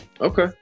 Okay